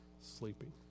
sleeping